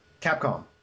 Capcom